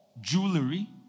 jewelry